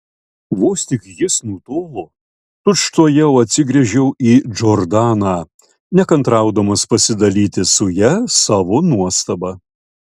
vos tik jis nutolo tučtuojau atsigręžiau į džordaną nekantraudamas pasidalyti su ja savo nuostaba